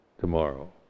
tomorrow